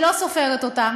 אני לא סופרת אותם.